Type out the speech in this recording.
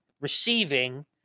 receiving